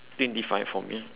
twenty five for me